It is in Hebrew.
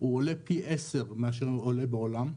הוא עולה פי 10 ממה שהוא עולה בעולם,